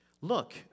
Look